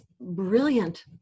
brilliant